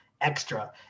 extra